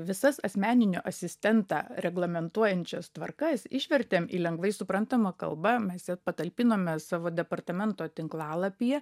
visas asmeninį asistentą reglamentuojančias tvarkas išvertėme į lengvai suprantamą kalbą mes ją patalpinome savo departamento tinklalapyje